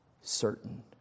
certain